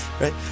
Right